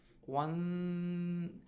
one